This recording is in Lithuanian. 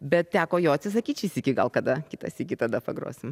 bet teko jo atsisakyt šį sykį gal kada kitą sykį tada pagrosim